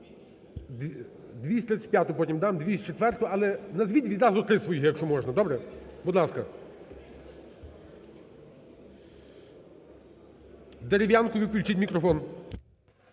Дерев'янкові включіть мікрофон.